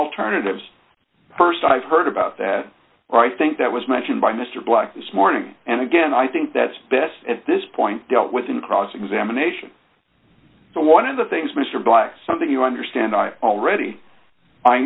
alternatives st i've heard about that or i think that was mentioned by mr black this morning and again i think that's best at this point dealt with in cross examination one of the things mr black something you understand already i